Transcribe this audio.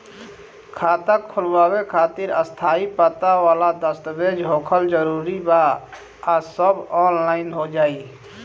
खाता खोलवावे खातिर स्थायी पता वाला दस्तावेज़ होखल जरूरी बा आ सब ऑनलाइन हो जाई?